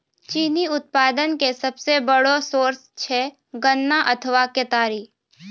चीनी उत्पादन के सबसो बड़ो सोर्स छै गन्ना अथवा केतारी